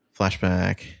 flashback